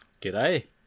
G'day